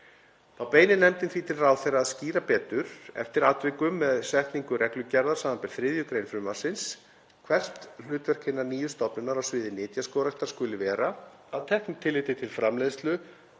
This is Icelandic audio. Þá beinir nefndin því til ráðherra að skýra betur eftir atvikum með setningu reglugerðar, sbr. 3. gr. frumvarpsins, hvert hlutverk hinnar nýju stofnunar á sviði nytjaskógræktar skuli vera að teknu tilliti til framleiðslu,